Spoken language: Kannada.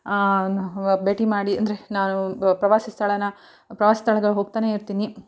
ಭೇಟಿ ಮಾಡಿ ಅಂದರೆ ನಾನು ಪ್ರವಾಸಿ ಸ್ಥಳನ ಪ್ರವಾಸಿ ಸ್ಥಳಗಳು ಹೋಗ್ತಲೇ ಇರ್ತೀನಿ